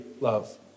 love